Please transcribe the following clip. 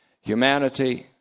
humanity